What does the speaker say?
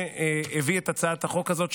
שהביא את הצעת החוק הזאת,